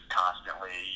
constantly